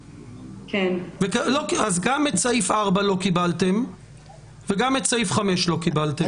גם את סעיף 4 לא קיבלתי וגם את סעיף 5 לא קיבלתם.